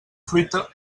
fruita